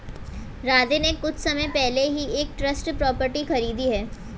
राधे ने कुछ समय पहले ही एक ट्रस्ट प्रॉपर्टी खरीदी है